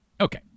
okay